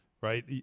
right